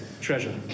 treasure